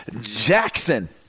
Jackson